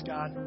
God